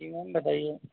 जी ma'am बताइए